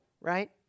right